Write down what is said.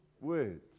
words